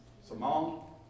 Simone